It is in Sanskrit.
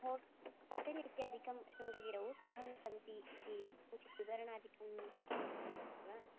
होट् होटेल् इत्यादिकं शृङ्गगिरौ कथं सन्ति इति किञ्चित् विवरणादिकं दातुं वा